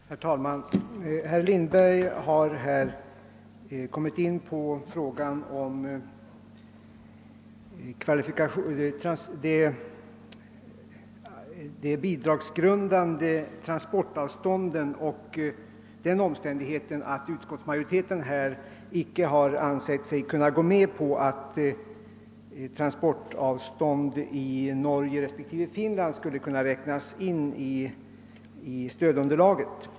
Herr talman! Herr Lindberg har här redogjort för frågan om de bidragsgrundande transportavstånden och försökt förklara varför utskottsmajoriteten icke har ansett sig kunna gå med på att transporter i Norge och Finland räknas in i stödunderlaget.